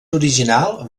original